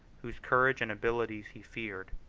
whose courage and abilities he feared